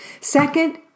Second